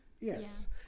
Yes